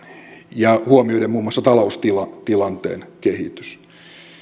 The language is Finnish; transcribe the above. huomioiden muun muassa taloustilanteen kehitys